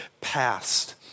past